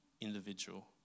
individual